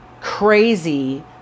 crazy